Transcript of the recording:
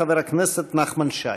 חבר הכנסת נחמן שי.